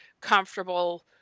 comfortable